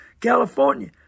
California